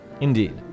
Indeed